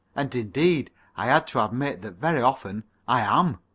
and, indeed, i had to admit that very often i am.